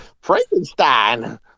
Frankenstein